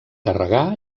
carregar